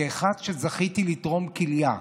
כאחד שזכה לתרום כליה,